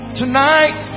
tonight